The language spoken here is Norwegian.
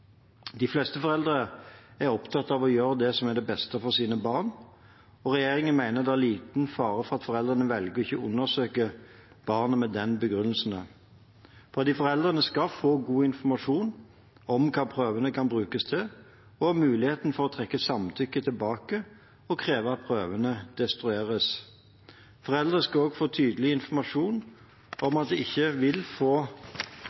De fleste foreldre er opptatt av å gjøre det som er det beste for sine barn, og regjeringen mener det er liten fare for at foreldre velger ikke å undersøke barnet med dette som begrunnelse. Foreldrene skal få god informasjon om hva prøvene kan brukes til, og om muligheten for å trekke samtykket tilbake og kreve at prøven destrueres. Foreldre skal også få tydelig informasjon om at det ikke vil få